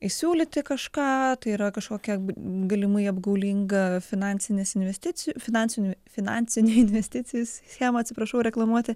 įsiūlyti kažką tai yra kažkokia galimai apgaulinga finansinis investicijų finansinių finansinių investicijų schemą atsiprašau reklamuoti